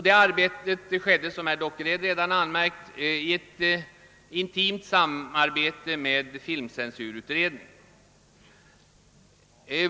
Det arbetet ägde, som herr Dockered redan har anmärkt, rum i intimt samarbete med filmcensurutredningen.